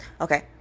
Okay